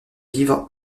vivre